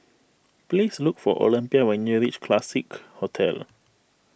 please look for Olympia when you reach Classique Hotel